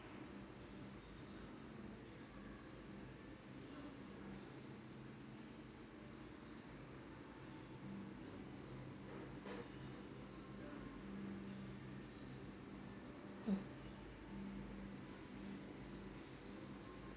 mm